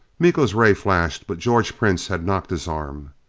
miko's ray flashed, but george prince had knocked his arm.